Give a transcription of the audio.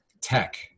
tech